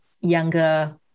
younger